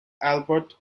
albert